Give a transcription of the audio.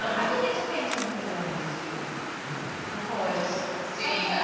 i think it depends on where the orange has been because steve yeah